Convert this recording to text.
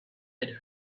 had